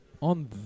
On